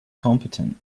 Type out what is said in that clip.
competent